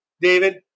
David